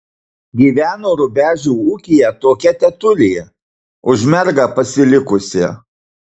gyveno rubežių ūkyje tokia tetulė už mergą pasilikusi